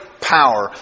power